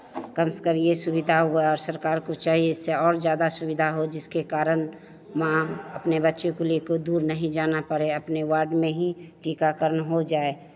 कम से कम ये सुविधा हुआ है और सरकार को चाहिए इससे और ज़्यादा सुविधा हो जिसके कारण माँ अपने बच्चों को लेकर दूर नहीं जाना पड़े अपने वार्ड में ही टीकाकरण हो जाए